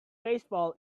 baseball